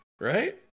right